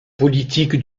politique